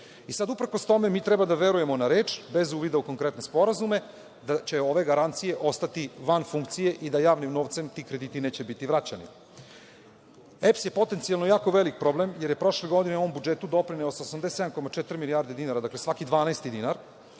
više. Uprkos tome mi treba da verujemo na reč bez uvida u konkretne sporazume da će ove garancije ostati van funkcije i da javnim novcem ti krediti neće biti vraćani. EPS je potencijalno veliki problem jer je prošle godine u ovom budžetu doprineo sa 87,4 milijarde dinara, znači, svaki dvanaesti